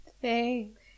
Thanks